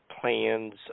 plans